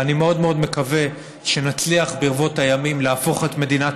ואני מאוד מאוד מקווה שנצליח ברבות הימים להפוך את מדינת